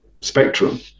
spectrum